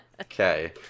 Okay